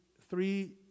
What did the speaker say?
three